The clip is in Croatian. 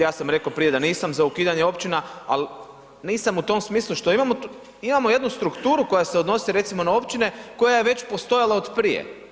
Ja sam rekao prije da nisam za ukidanje općina, al nisam u tom smislu što imamo, imamo jednu strukturu koja se odnosi recimo na općine koja je već postojala od prije.